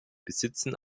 besitzen